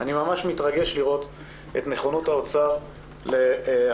אני ממש מתרגש לראות את נכונות האוצר להרחבת